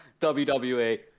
WWE